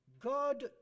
God